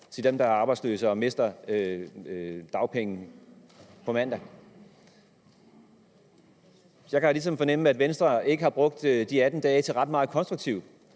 til dem, der er arbejdsløse og mister dagpengene på mandag. Så kan jeg ligesom fornemme, at Venstre ikke har brugt de 18 dage til ret meget konstruktivt.